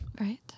Right